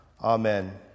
Amen